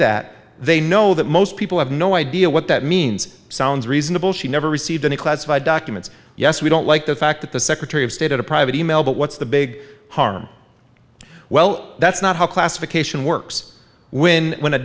that they know that most people have no idea what that means sounds reasonable she never received any classified documents yes we don't like the fact that the secretary of state at a private e mail but what's the big harm well that's not how classification works when when a